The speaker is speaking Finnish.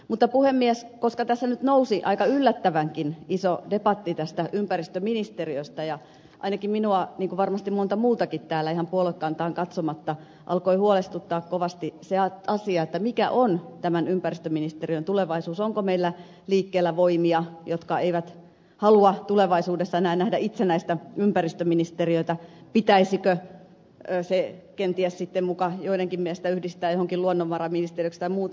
mutta puhemies tässä nyt nousi aika yllättävänkin iso debatti ympäristöministeriöstä ja ainakin minua niin kuin varmasti montaa muutakin täällä ihan puoluekantaan katsomatta alkoi huolestuttaa kovasti se asia mikä on ympäristöministeriön tulevaisuus onko meillä liikkeellä voimia jotka eivät halua tulevaisuudessa enää nähdä itsenäistä ympäristöministeriötä pitäisikö se kenties muka joidenkin mielestä yhdistää johonkin luonnonvaraministeriöön tai muuta